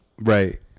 Right